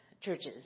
churches